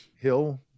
hill